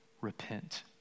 Repent